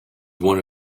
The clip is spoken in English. one